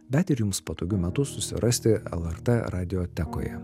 bet ir jums patogiu metu susirasti lrt radiotekoje